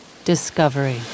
Discovery